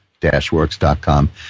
dashworks.com